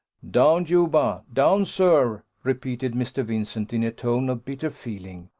down, juba down, sir! repeated mr. vincent, in a tone of bitter feeling,